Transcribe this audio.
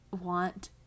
want